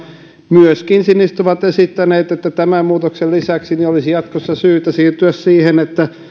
siniset ovat myöskin esittäneet että tämän muutoksen lisäksi olisi jatkossa syytä siirtyä siihen että kaikilla